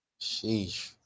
Sheesh